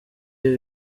ibi